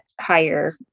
higher